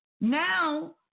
Now